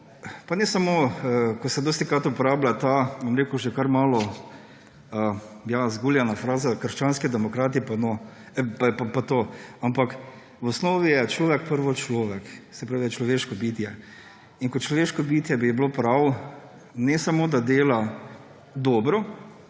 pa ne samo ko se dostikrat uporablja ta že kar malo, ja, zguljena fraza – krščanski demokrati pa to. Ampak v osnovi je človek prvo človek. Se pravi, je človeško bitje. In kot človeško bitje bi bilo prav, da ne samo da dela dobro,